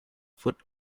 foot